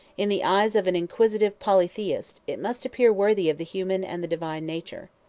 in the eyes of an inquisitive polytheist, it must appear worthy of the human and the divine nature.